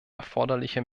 erforderliche